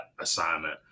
assignment